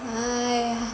!aiya!